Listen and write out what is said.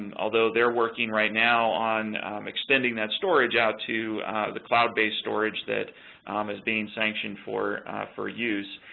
and although they're working right now on extending that storage out to the cloud based storage that um is being sanctioned for for use.